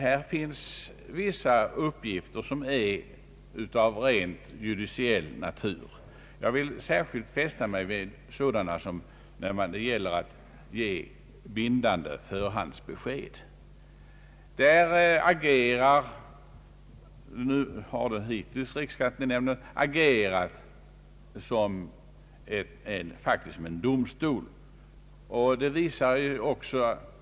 Här finns vissa uppgifter som är av rent judiciell natur. Jag vill särskilt peka på en sådan uppgift som att ge bindande förhandsbesked. Hittills har riksskattenämnden därvidlag faktiskt agerat som en domstol.